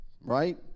Right